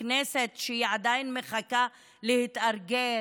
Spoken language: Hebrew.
וכנסת שעדיין מחכה להתארגן.